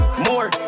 More